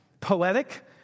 poetic